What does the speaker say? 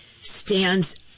stands